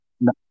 No